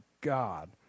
God